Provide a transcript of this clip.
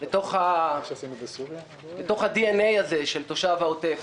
בתוך הDNA הזה של תושב העוטף,